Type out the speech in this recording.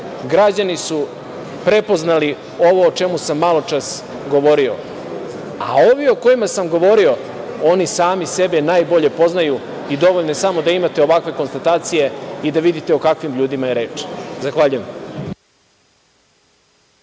građani su prepoznali ovo o čemu sam maločas govorio, a ovi o kojima sam govorio oni sami sebe najbolje poznaju i dovoljno je samo da imate ovakve konstatacije i da vidite o kakvim ljudima je reč. Zahvaljujem.